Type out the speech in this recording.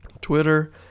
Twitter